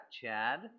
Chad